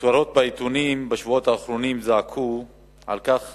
הכותרות בעיתונים בשבועות האחרונים זעקו על כך